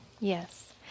Yes